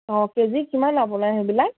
অঁ কেজি কিমান আপোনাৰ সেইবিলাক